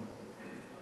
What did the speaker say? (חברי הכנסת מכבדים בקימה